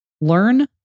learn